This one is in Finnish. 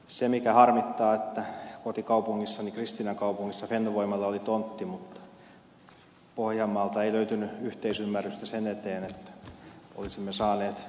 se harmittaa että fennovoimalla oli kotikaupungissani kristiinankaupungissa tontti mutta pohjanmaalta ei löytynyt yhteisymmärrystä sen eteen että olisimme saaneet voimalan pohjanmaalle